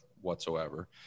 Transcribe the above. whatsoever